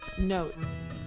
notes